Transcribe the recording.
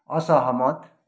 असहमत